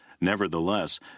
Nevertheless